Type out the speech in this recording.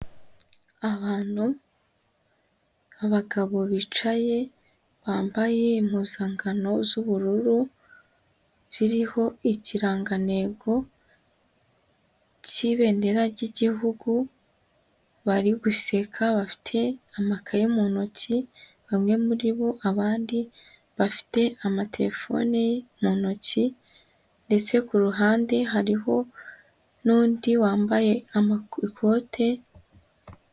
Abantu, abagabo bicaye bambaye impuzankano z'ubururu ziriho ikirangantego cy'ibendera ryigihugu, bari guseka bafite amakaye mu ntoki bamwe muri bo, abandi bafite amaterefone mu ntoki ndetse ku ruhande hariho n'undi wambaye ikote.